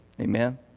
Amen